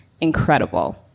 incredible